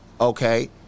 Okay